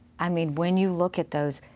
i mean, when you look at those,